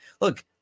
look